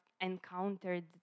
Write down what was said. encountered